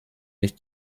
nicht